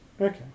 Okay